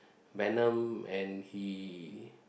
venom and he